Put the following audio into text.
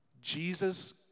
Jesus